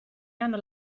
hanno